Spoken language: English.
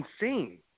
insane